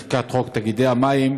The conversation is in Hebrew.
בחקיקת חוק תאגידי המים,